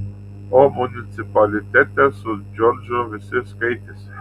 o municipalitete su džordžu visi skaitėsi